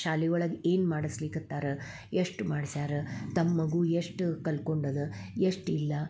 ಶಾಲೆ ಒಳಗೆ ಏನು ಮಾಡಿಸ್ಲಿಕತ್ತಾರೆ ಎಷ್ಟು ಮಾಡ್ಸ್ಯಾರ ತಮ್ಮ ಮಗು ಎಷ್ಟು ಕಲ್ಕೊಂಡು ಅದ ಎಷ್ಟಿಲ್ಲ